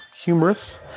humorous